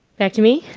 back to me.